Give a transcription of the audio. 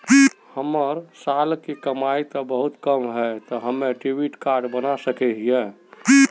हमर साल के कमाई ते बहुत कम है ते हम डेबिट कार्ड बना सके हिये?